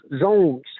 zones